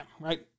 right